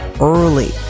early